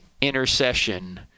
intercession